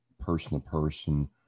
person-to-person